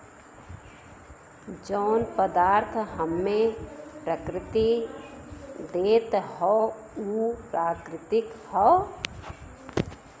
जौन पदार्थ हम्मे प्रकृति देत हौ उ प्राकृतिक हौ